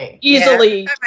Easily